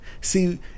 See